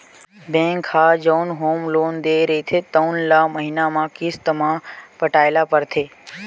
bank ह जउन home loan दे रहिथे तउन ल महिना म किस्त म पटाए ल परथे